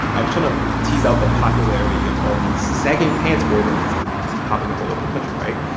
i was trying to tease out the popularity of all these sagging pants ordinances that you see popping up all over the country, right?